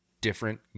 different